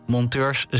Monteurs